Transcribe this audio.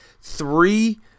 three